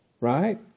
Right